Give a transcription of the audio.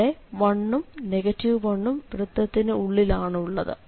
ഇവിടെ 1 ഉം 1 ഉം വൃത്തത്തിനു ഉള്ളിലാണ് ഉള്ളത്